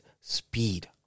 speed